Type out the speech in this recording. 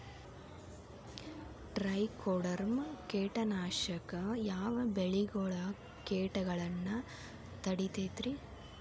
Trichoderma ಕೇಟನಾಶಕ ಯಾವ ಬೆಳಿಗೊಳ ಕೇಟಗೊಳ್ನ ತಡಿತೇತಿರಿ?